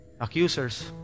Accusers